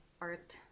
art